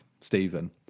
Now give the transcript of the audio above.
Stephen